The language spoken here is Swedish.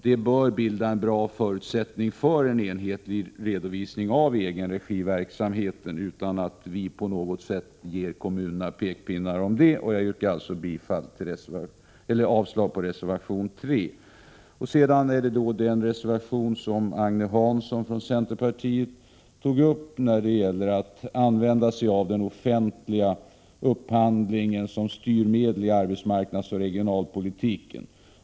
Den bör innebära en god förutsättning för en enhetlig redovisning av egenregiverksamheten, utan att vi på något sätt ger kommunerna pekpinnar om detta. Jag yrkar alltså avslag på reservation 3. Slutligen vill jag kommentera den reservation från centerpartiet som Agne Hansson tog upp och som gäller användning av den offentliga upphandlingen som styrmedel i arbetsmarknadsoch regionalpolitiken.